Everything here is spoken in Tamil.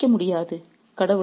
உங்களுக்கு தப்பிக்க முடியாது